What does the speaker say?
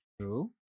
True